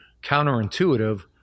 counterintuitive